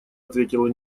ответила